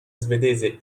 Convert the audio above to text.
svedese